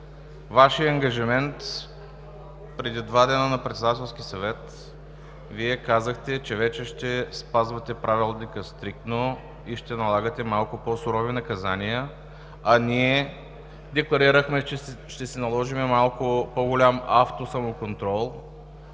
Вашия ангажимент – преди два дни на Председателския съвет Вие казахте, че вече стриктно ще спазвате Правилника и ще налагате малко по-сурови наказания, а ние декларирахме, че ще си наложим малко по-голям самоконтрол.